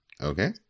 Okay